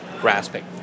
grasping